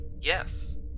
Yes